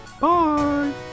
Bye